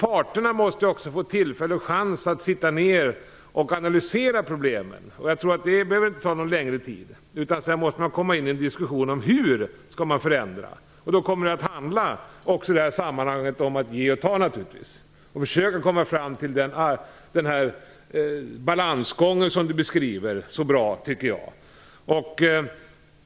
Parterna måste dock också få tillfälle och chans att sitta ner och analysera problemen. Jag tror inte att det behöver ta någon längre tid. Sedan måste man diskutera hur man skall förändra. Även i det här sammanhanget blir det naturligtvis aktuellt att ge och ta. Det gäller att försöka komma fram till den balans som Elver Jonsson beskrev så bra.